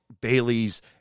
Baileys